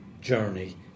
journey